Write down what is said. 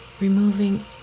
removing